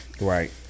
Right